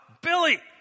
Billy